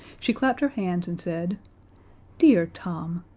she clapped her hands and said dear tom,